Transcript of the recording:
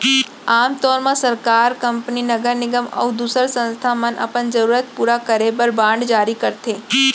आम तौर म सरकार, कंपनी, नगर निगम अउ दूसर संस्था मन अपन जरूरत पूरा करे बर बांड जारी करथे